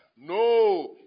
No